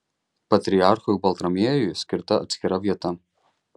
patriarchui baltramiejui skirta atskira vieta